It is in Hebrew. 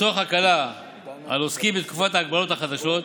לצורך הקלה על עוסקים בתקופת ההגבלות החדשות,